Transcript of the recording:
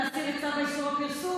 להסיר את צו איסור הפרסום,